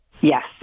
Yes